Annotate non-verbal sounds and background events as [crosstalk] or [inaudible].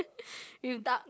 [breath] with dark